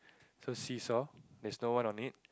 so see-saw there's no one on it